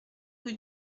rue